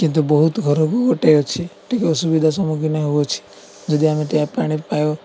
କିନ୍ତୁ ବହୁତ ଘରକୁ ଗୋଟେ ଅଛି ଟିକେ ଅସୁବିଧା ସମ୍ମୁଖୀନ ହେଉଅଛି ଯଦି ଆମେ ଟ୍ୟାପ ପାଣି ପାଉ